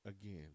again